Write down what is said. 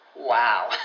Wow